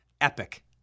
epic